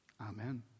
Amen